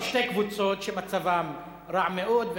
שתי קבוצות שמצבן רע מאוד,